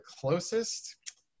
closest